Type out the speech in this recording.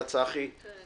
הוא